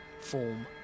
form